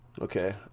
okay